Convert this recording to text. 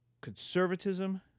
conservatism